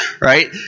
right